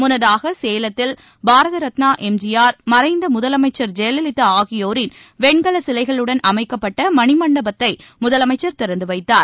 முன்னதாக சேலத்தில் பாரத ரத்னா எம்ஜிஆர் மறைந்த முதலமைச்சர் ஜெயலலிதா ஆகியோரின் வெண்கல சிலைகளுடன் அமைக்கப்பட்ட மணிமண்டபத்தை முதலமைச்சர் திறந்து வைத்தார்